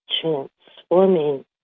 transforming